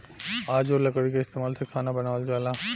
आजो लकड़ी के इस्तमाल से खाना बनावल जाला